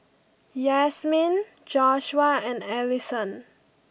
Yasmeen Joshua and Allison